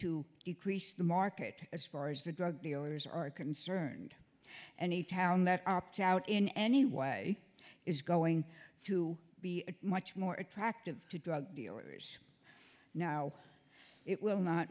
to decrease the market as far as the drug dealers are concerned any town that opt out in any way is going to be much more attractive to drug dealers no it will not